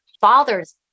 father's